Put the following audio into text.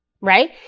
Right